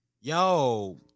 Yo